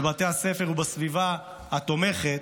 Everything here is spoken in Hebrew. בבתי הספר ובסביבה התומכת,